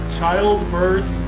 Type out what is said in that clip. childbirth